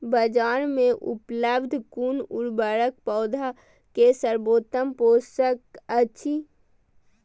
बाजार में उपलब्ध कुन उर्वरक पौधा के सर्वोत्तम पोषक अछि?